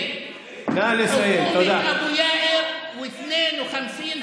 אלי (אומר בערבית: ממשלת אבו יאיר ו-52 הגנבים.